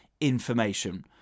Information